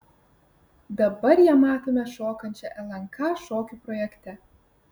dabar ją matome šokančią lnk šokių projekte